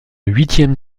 huitième